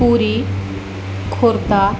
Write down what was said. पूरी खुर्ता